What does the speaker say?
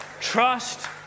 trust